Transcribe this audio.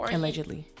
Allegedly